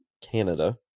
Canada